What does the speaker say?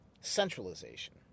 Centralization